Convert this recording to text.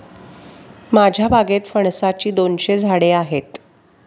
माझ्या बागेत फणसाची दोनशे झाडे आहेत